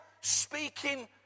speaking